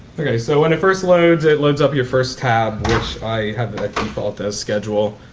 ok, so when it first loads, it loads up your first tab, which i have a default as schedule.